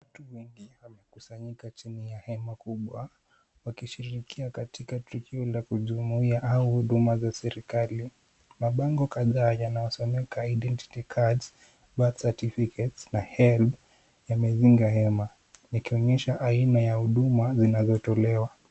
Watu wengi wamekusanyika chini ya hema kubwa, wakishirikia katika tukio la kujumuia au huduma za serikali. Mabango kadhaa yanayosomeka identity cards, birth certificates na HELB yamezinga hema, yakionyesha aina ya huduma zinazotolewa.